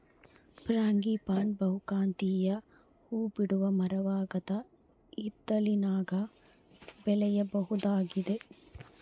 frangipani ಬಹುಕಾಂತೀಯ ಹೂಬಿಡುವ ಮರವಾಗದ ಹಿತ್ತಲಿನಾಗ ಬೆಳೆಯಬಹುದಾಗಿದೆ